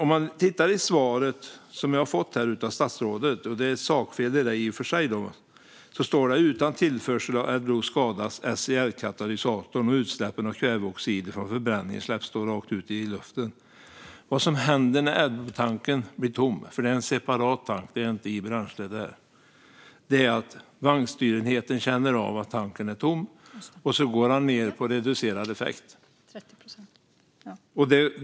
I det svar som jag av fick av statsrådet - det var i och för sig ett sakfel i det - sa hon att utan tillförsel av Adblue skadas SCR-katalysatorn, och utsläppen av kväveoxid från förbränning släpps då rakt ut i luften. Vad som händer när Adbluetanken blir tom - för det är en separat tank - är att vagnstyrenheten känner av att tanken är tom och då går ned på reducerad effekt.